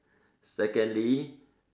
secondly